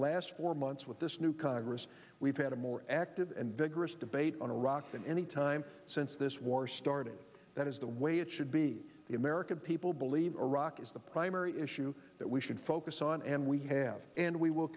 last four months with this new congress we've had a more active and vigorous debate on iraq than any time since this war started that is the way it should be the american people believe iraq is the primary issue that we should focus on and we have and we will